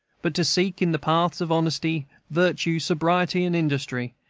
but to seek in the paths of honesty, virtue, sobriety, and industry,